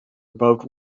about